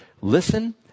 Listen